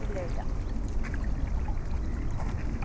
ഇല്ല ഇല്ല ഇല്ല